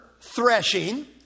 threshing